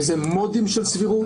וזה מודים של סבירות.